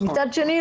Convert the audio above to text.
מצד שני,